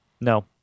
No